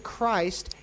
Christ